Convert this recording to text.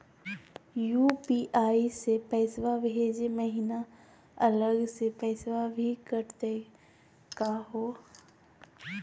UPI स पैसवा भेजै महिना अलग स पैसवा भी कटतही का हो?